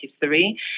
history